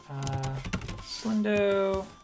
Slindo